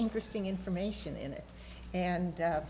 interesting information in it and